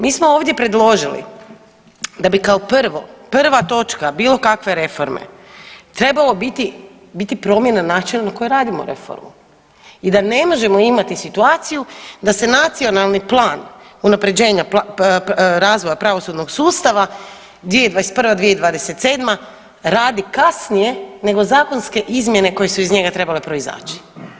Mi smo ovdje predložili da bi kao prvo prva točka bilo kakve reforme trebalo biti, biti promjena načina na koji radimo reformu i da ne možemo imati situaciju da se Nacionalni plan unapređenja, razvoja pravosudnog sustava 2021. – 2027. radi kasnije nego zakonske izmjene koje su iz njega trebale proizaći.